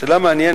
זו שאלה מעניינת,